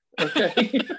okay